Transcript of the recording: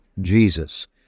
Jesus